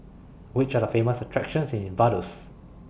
Which Are The Famous attractions in Vaduz